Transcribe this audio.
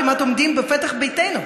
כמעט עומדים בפתח ביתנו,